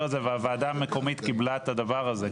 הזה והוועדה המקומית קיבלה את הדבר הזה,